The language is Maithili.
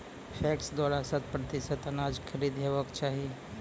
पैक्स द्वारा शत प्रतिसत अनाज खरीद हेवाक चाही?